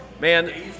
man